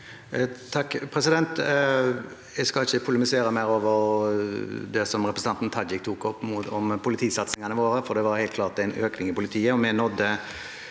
(H) Jeg skal ikke po- lemisere mer over det som representanten Tajik tok opp om politisatsingene våre, for det var helt klart en økning i politiet. Vi nådde